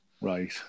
right